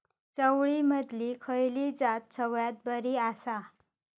चवळीमधली खयली जात सगळ्यात बरी आसा?